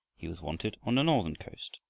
he was wanted on the northern coast,